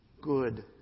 good